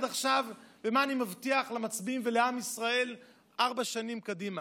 מה עשיתי עד עכשיו ומה אני מבטיח למצביעים ולעם ישראל ארבע שנים קדימה.